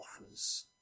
offers